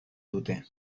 dute